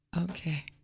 Okay